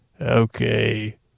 Okay